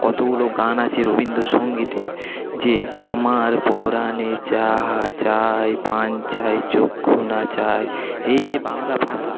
কতোগুলো গান আছে রবীন্দ্রসঙ্গীতের যে আমার পরাণে যাহা চায় প্রাণ চায় চক্ষু না চায় এই যে বাংলা ভাষা